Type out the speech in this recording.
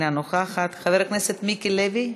אינה נוכחת, חבר הכנסת מיקי לוי,